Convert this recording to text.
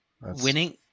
Winning